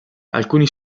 alcuni